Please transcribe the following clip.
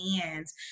hands